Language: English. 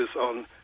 on